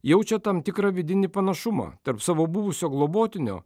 jaučia tam tikrą vidinį panašumą tarp savo buvusio globotinio